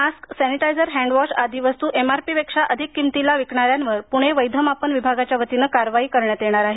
mask sanitizer handwash आदी वस्तू एमआरपीपेक्षा अधिक किंमतीला विकणाऱ्यांवर पुणे वैधमापन विभागाच्यावतीने कारवाई करण्यात येणार आहे